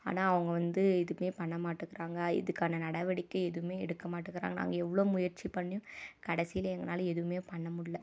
ஆனால் அவங்க வந்து எதுவுமே பண்ண மாட்டேக்குறாங்க இதுக்கான நடவடிக்கை எதுவுமே எடுக்க மாட்டேக்குறாங்க நாங்கள் எவ்வளோ முயற்சி பண்ணியும் கடைசில எங்களால எதுவுமே பண்ண முடியல்ல